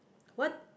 what